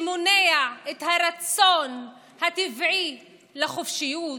שמונע את הרצון הטבעי לחופשיות,